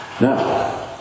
Now